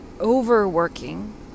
overworking